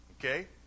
Okay